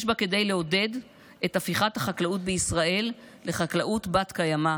יש בה כדי לעודד את הפיכת החקלאות בישראל לחקלאות בת-קיימא,